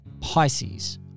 pisces